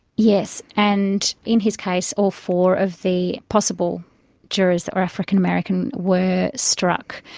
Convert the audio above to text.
yes, and in his case all four of the possible jurors that were african american were struck.